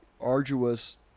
arduous